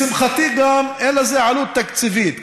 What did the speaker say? לשמחתי גם אין לזה עלות תקציבית,